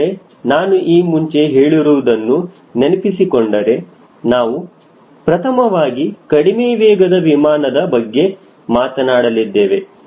ಆದರೆ ನಾನು ಈ ಮುಂಚೆ ಹೇಳಿರುವುದನ್ನು ನೆನಪಿಸಿಕೊಂಡರೆ ನಾವು ಪ್ರಥಮವಾಗಿ ಕಡಿಮೆ ವೇಗದ ವಿಮಾನದ ಬಗ್ಗೆ ಮಾತನಾಡಲಿದ್ದೇವೆ